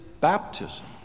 baptism